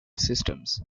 systems